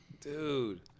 Dude